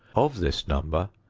of this number,